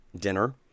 dinner